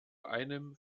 einem